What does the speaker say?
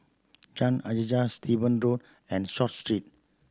John Hajijah Steven Road and Short Street